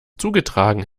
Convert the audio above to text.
zugetragen